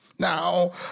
Now